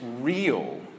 real